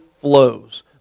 flows